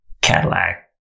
cadillac